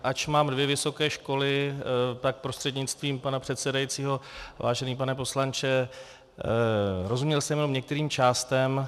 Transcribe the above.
Ač mám dvě vysoké školy, tak prostřednictvím pana předsedajícího, vážený pane poslanče, rozuměl jsem jenom některým částem.